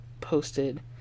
posted